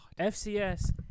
FCS